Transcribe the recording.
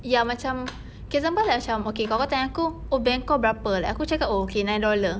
ya macam okay example like macam okay kawan aku tanya aku oh bank engkau berapa like aku cakap oh nine dollar